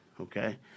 Okay